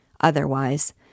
Otherwise